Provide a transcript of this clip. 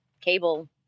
cable